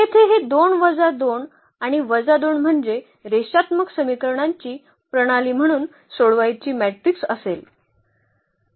तर येथे हे 2 वजा 2 आणि वजा 2 म्हणजे रेषात्मक समीकरणांची प्रणाली म्हणून सोडवायची मॅट्रिक्स असेल